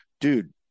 dude